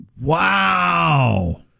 Wow